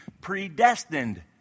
predestined